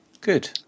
good